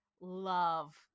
love